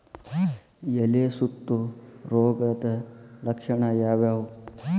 ಎಲೆ ಸುತ್ತು ರೋಗದ ಲಕ್ಷಣ ಯಾವ್ಯಾವ್?